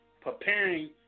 preparing